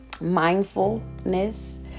mindfulness